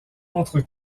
entre